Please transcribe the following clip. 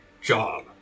job